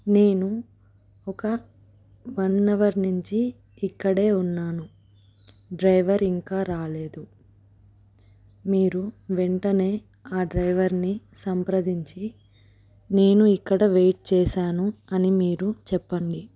నేను ఒక one hour నుంచి ఇక్కడే ఉన్నాను డ్రైవర్ ఇంకా రాలేదు మీరు వెంటనే ఆ డ్రైవర్ని సంప్రదించి నేను ఇక్కడ వెయిట్ చేశాను అని మీరు చెప్పండి